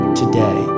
today